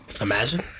Imagine